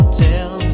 tell